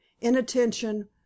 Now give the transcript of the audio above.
inattention